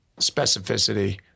specificity